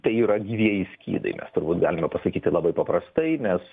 tai yra gyvieji skydai mes turbūt galima pasakyti labai paprastai nes